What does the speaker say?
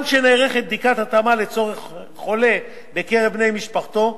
גם כשנערכת בדיקת התאמה לצורך חולה בקרב בני משפחתו,